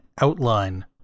outline